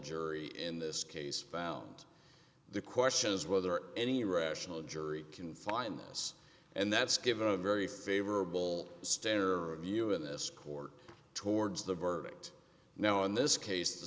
jury in this case found the question is whether any rational jury can find this and that's given a very favorable starer view in this court towards the verdict now in this case the